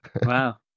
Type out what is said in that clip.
Wow